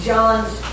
John's